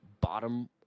bottom